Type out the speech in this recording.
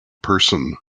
person